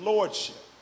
Lordship